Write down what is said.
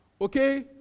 okay